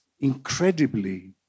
incredibly